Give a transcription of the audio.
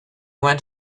went